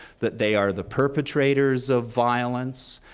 that they are the perpetrators of violence,